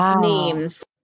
names